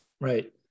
right